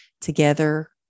together